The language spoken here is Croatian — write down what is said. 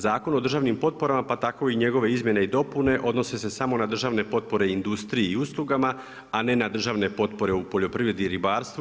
Zakon o državnim potporama, pa tako i njegove izmjene i dopune odnose se samo na državne potpore industriji i uslugama, a ne na državne potpore u poljoprivredni i ribarstvu.